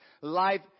life